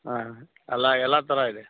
ಹಾಂ ಅಲ್ಲ ಎಲ್ಲ ತರ ಇದೆ